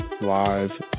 live